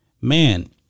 Man